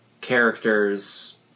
characters